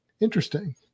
interesting